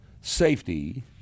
safety